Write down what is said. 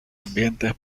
ambientes